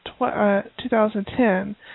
2010